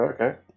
okay